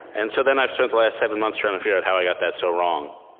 and so then i've spent the last seven months trying to figure out how i got that so wrong,